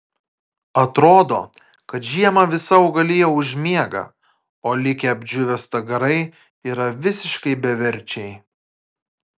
atrodo kad žiemą visa augalija užmiega o likę apdžiūvę stagarai yra visiškai beverčiai